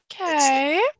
Okay